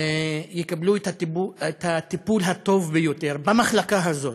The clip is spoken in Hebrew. יקבלו את הטיפול הטוב ביותר במחלקה הזאת,